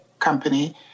company